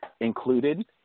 included